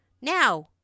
Now